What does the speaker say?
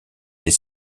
des